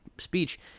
speech